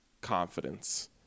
confidence